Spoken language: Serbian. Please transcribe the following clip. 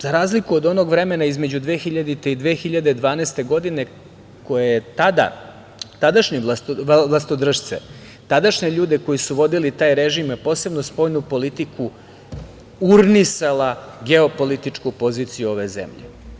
Za razliku od onog vremena između 2000. i 2012. godine, kada su tadašnji vlastodršci, tadašnji ljudi koji su vodili taj režim, a posebno spoljnu politiku, urnisali geopolitičku poziciju ove zemlje.